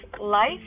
life